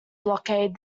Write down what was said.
blockade